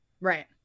Right